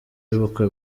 y’ubukwe